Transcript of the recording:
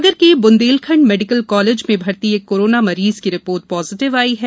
सागर के Bundelkhand medical college में भर्ती एक करोना मरीज की रिपोर्ट पाजीटिव आई है